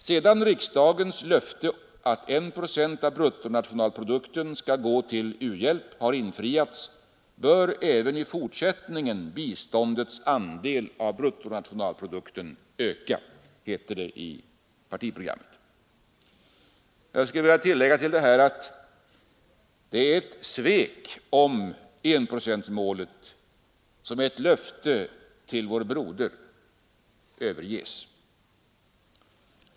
Sedan riksdagens löfte att en procent av bruttonationalprodukten skall gå till u-hjälp har infriats bör även i fortsättningen biståndets andel av bruttonationalprodukten öka.” Jag skulle vilja tillägga att det är svek om enprocentmålet, som är ett löfte till vår broder, överges.